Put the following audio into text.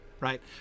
right